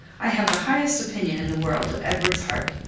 i have the highest opinion in the world of edward's heart.